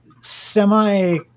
semi